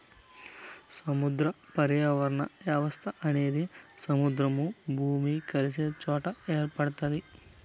సముద్ర పర్యావరణ వ్యవస్థ అనేది సముద్రము, భూమి కలిసే సొట ఏర్పడుతాది